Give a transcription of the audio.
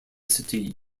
city